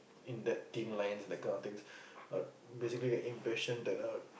in that thin lines that kind of things uh basically the impression that I